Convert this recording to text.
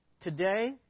Today